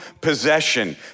possession